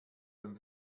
dem